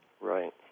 Right